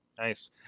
nice